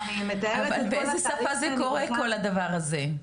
אבל באיזו שפה זה קורה כל הדבר הזה?